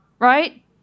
Right